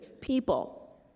people